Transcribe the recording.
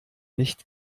nicht